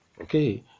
Okay